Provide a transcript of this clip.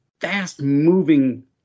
fast-moving